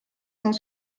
cent